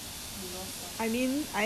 I talking about you